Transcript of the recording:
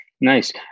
Nice